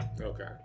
Okay